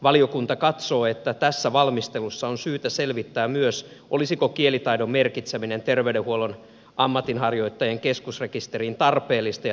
valiokunta katsoo että tässä valmistelussa on syytä selvittää myös olisiko kielitaidon merkitseminen terveydenhuollon ammatinharjoittajien keskusrekisteriin tarpeellista ja tarkoituksenmukaista